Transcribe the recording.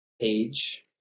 page